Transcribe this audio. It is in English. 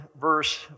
verse